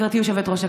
גברתי היושבת-ראש,